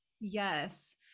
Yes